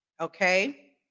Okay